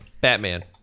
Batman